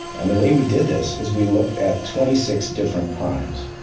and the way we did this, is we looked at twenty six different crimes,